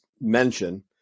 mention